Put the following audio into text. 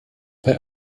bei